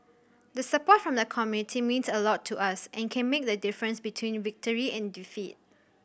the support from the community means a lot to us and can make the difference between victory and defeat